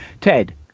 ted